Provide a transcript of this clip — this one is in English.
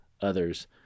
others